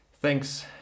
Thanks